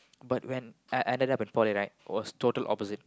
but when I I ended up in poly right it was total opposite